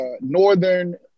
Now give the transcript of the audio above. northern